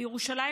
בירושלים,